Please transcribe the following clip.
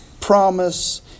promise